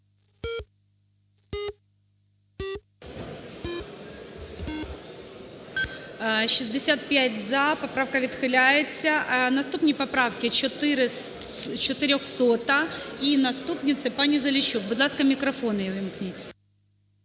За-65 Поправка відхиляється. Наступні поправки. 400-а і наступні. Це пані Заліщук. Будь ласка, мікрофон їй увімкніть.